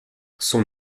son